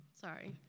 Sorry